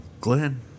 Glenn